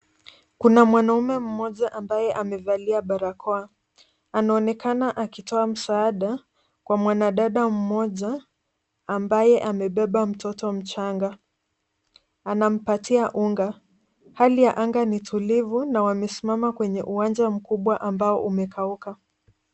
Kuna mwanaume mmoja ambaye amevalia barakoa, anaonekana akiitoa msaada kwa mwanadada mmoja ambaye amebeba mtoto mchanga anampatia unga. Hali ya anga ni tulivu na wamesimama kwenye uwanja mkubwa ambao umekauka.